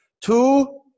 two